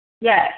Yes